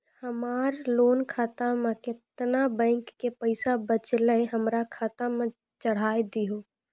हमरा लोन खाता मे केतना बैंक के पैसा बचलै हमरा खाता मे चढ़ाय दिहो?